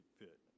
fit